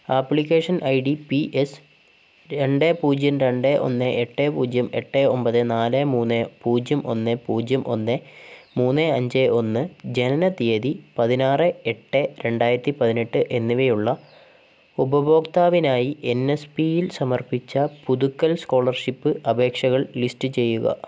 application I D P S രണ്ട് പൂജ്യം രണ്ട് ഒന്ന് എട്ട് പൂജ്യം എട്ട് ഒൻപത് നാല് മൂന്ന് പൂജ്യം ഒന്ന് പൂജ്യം ഒന്ന് മൂന്ന് അഞ്ച് ഒന്ന് ജനനത്തീയതി പതിനാറ് എട്ട് രണ്ടായിരത്തി പതിനെട്ട് എന്നിവയുള്ള ഉപഭോക്താവിനായി എൻ എസ് പി യിൽ സമർപ്പിച്ച പുതുക്കൽ സ്കോളർഷിപ്പ് അപേക്ഷകൾ ലിസ്റ്റ് ചെയ്യുക